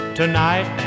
tonight